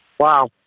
Wow